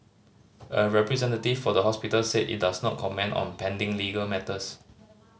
a representative for the hospital said it does not comment on pending legal matters